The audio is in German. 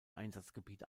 einsatzgebiet